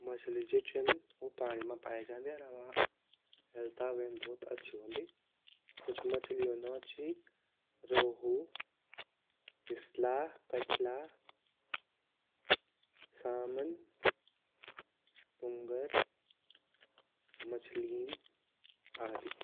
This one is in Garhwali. मछली जु छिन उ पाणी मा पाई जांदी अर हमा हेअल्था वेन भोत अछि वोंदी कुछ मछलियो नौ ची रोहू, हिस्ला, कटला, सामन ,तुंगर ,मछलीन आदि।